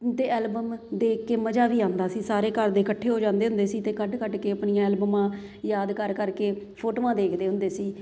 ਅਤੇ ਐਲਬਮ ਦੇਖ ਕੇ ਮਜ਼ਾ ਵੀ ਆਉਂਦਾ ਸੀ ਸਾਰੇ ਘਰ ਦੇ ਇਕੱਠੇ ਹੋ ਜਾਂਦੇ ਹੁੰਦੇ ਸੀ ਅਤੇ ਕੱਢ ਕੱਢ ਕੇ ਆਪਣੀਆਂ ਐਲਬਮਾਂ ਯਾਦ ਕਰ ਕਰ ਕੇ ਫੋਟੋਆਂ ਦੇਖਦੇ ਹੁੰਦੇ ਸੀ